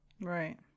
Right